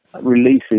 releases